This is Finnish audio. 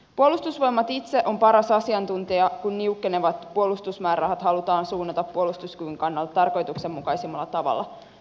puolustusvoimat itse on paras asiantuntija kun niukkenevat puolustusmäärärahat halutaan suunnata puolustuskyvyn kannalta tarkoituksenmukaisimmalla tavalla